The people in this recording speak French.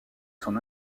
son